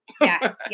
Yes